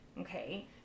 Okay